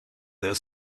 their